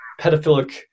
pedophilic